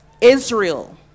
Israel